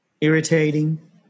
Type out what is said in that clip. Irritating